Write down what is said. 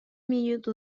minutu